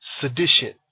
sedition